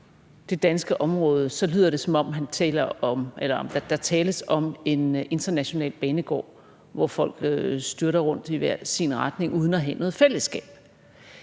det danske område, lyder det, som om der tales om en international banegård, hvor folk styrter rundt i hver sin retning uden at have noget fællesskab.